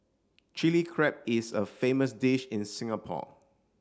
Chilli Crab is a famous dish in Singapore